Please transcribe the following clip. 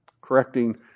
correcting